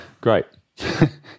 Great